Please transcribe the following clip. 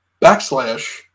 backslash